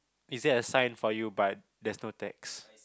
is there a sign for you but there's no text